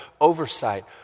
oversight